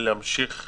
להמשיך